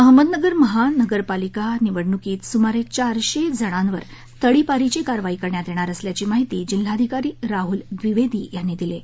अहमदनगर महानगरपालिका निवडणुकीत सुमारे चारशे जणांवर तडीपारीची कारवाई करण्यात येणार असल्याची माहिती जिल्हाधिकारी राहल द्विवेदी यांनी दिली आहे